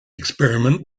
experiment